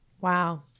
Wow